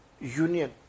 Union